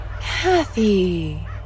kathy